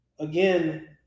again